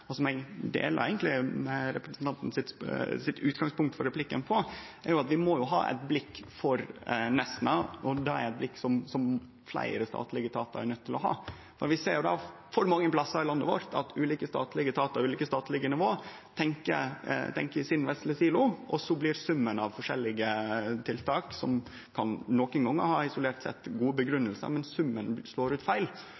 her deler eg eigentleg representanten sitt utgangspunkt for replikken, er at vi må ha eit blikk for Nesna, og det er eit blikk som fleire statlege etatar er nøydde til å ha. Vi ser for mange plassar i landet vårt at ulike statlege etatar og ulike statlege nivå tenkjer i sin vesle silo, og så slår summen av forskjellige tiltak – som nokre gonger, isolert sett, kan ha gode